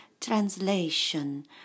translation